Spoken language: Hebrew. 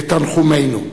את תנחומינו.